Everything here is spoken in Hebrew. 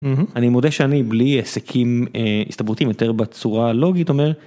אני מודה שאני בלי היסקים הסתברותיים, יותר בצורה הלוגית אומר...